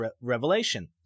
revelation